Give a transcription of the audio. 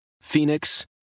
Phoenix